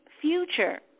future